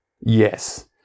Yes